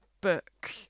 book